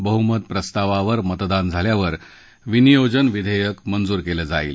बहुमत प्रस्तावावर मतदान झाल्यावर विनियोजन विधाक्क मंजूर कळि जाईल